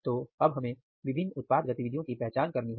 तो अब हमें विभिन्न उत्पाद गतिविधियों की पहचान करनी होगी